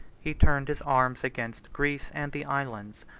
he turned his arms against greece and the islands,